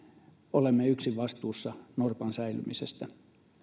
olemme yksin vastuussa norpan säilymisestä